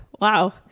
wow